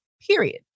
period